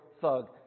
thug